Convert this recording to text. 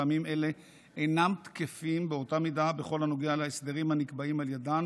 טעמים אלה אינם תקפים באותה מידה בכל הנוגע להסדרים הנקבעים על ידן